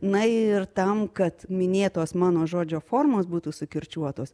na ir tam kad minėtos mano žodžio formos būtų sukirčiuotos